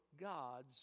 God's